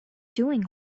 doing